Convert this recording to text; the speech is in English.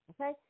Okay